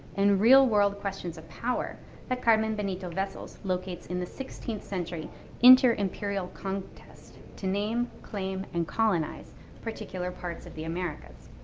and real world questions of power that carmen benito-vessels locates in the sixteenth century inter-imperial contest to name, claim, and colonize particular parts of the americas.